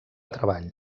treball